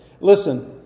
Listen